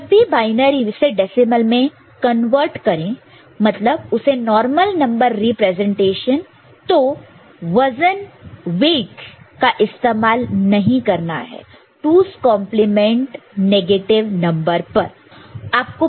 जब भी बायनरी से डेसिमल में कन्वर्ट करें मतलब उसे नॉर्मल नंबर रिप्रेजेंटेशन तो वजन वेट weightका इस्तेमाल नहीं करना है 2's complement negative number 2's complement negative number पर